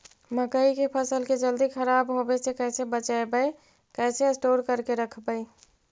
मकइ के फ़सल के जल्दी खराब होबे से कैसे बचइबै कैसे स्टोर करके रखबै?